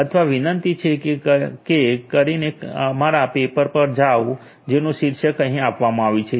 અથવા વિનંતી છે કે કરીને અમારા પેપર પર જાઓ જેનું શીર્ષક અહીં આપવામાં આવ્યું છે